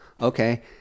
okay